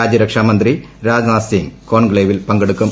രാജ്യരക്ഷം മുന്തി രാജ്നാഥ് സിംഗ് കോൺക്ലേവിൽ പങ്കെടുക്കും